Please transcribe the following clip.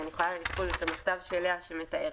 המכתב של לאה מתאר: